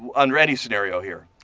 on ready scenario here.